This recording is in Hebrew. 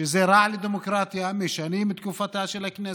שזה רע לדמוקרטיה, משנים את תקופתה של הכנסת,